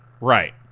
right